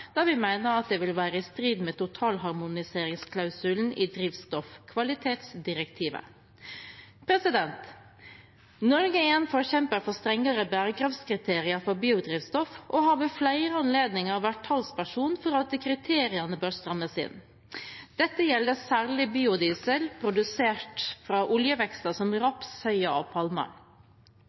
da vi mener at det vil være i strid med totalharmoniseringsklausulen i drivstoffkvalitetsdirektivet. Norge er en forkjemper for strengere bærekraftskriterier for biodrivstoff og har ved flere anledninger vært talsperson for at kriteriene bør strammes inn. Dette gjelder særlig biodiesel produsert fra oljevekster som raps, soya og